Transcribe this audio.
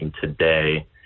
today